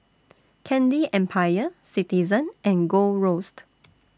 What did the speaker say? Candy Empire Citizen and Gold Roast